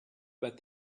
but